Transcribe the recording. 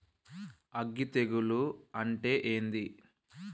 అగ్గి తెగులు అంటే ఏంది?